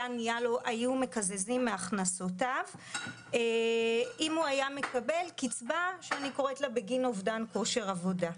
היו מקזזים מהכנסותיו אם הוא היה מקבל קצבה בגין אובדן כושר עבודה.